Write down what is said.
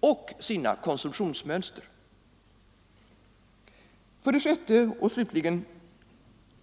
och sina konsumtionsmönster. Nr 116 6.